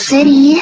City